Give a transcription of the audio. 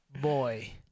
boy